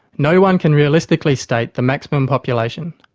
no-one can realistically state the maximum population.